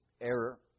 error